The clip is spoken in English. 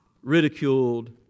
ridiculed